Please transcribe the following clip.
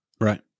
Right